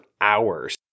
hours